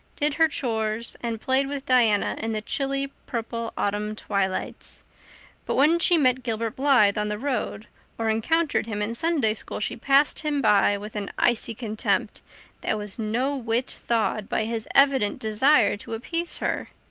did her chores, and played with diana in the chilly purple autumn twilights but when she met gilbert blythe on the road or encountered him in sunday school she passed him by with an icy contempt that was no whit thawed by his evident desire to appease her.